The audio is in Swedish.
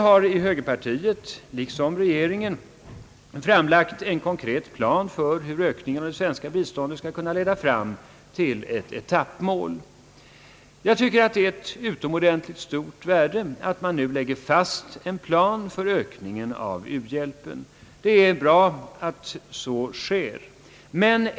Högerpartiet har, liksom regeringen, nu framlagt en konkret plan för hur ökningen av det svenska biståndet skall kunna leda fram till detta etappmål. Jag anser det vara av stort värde att man nu lägger fast en plan för ökningen av u-hjälpen. Det är bra att så skett.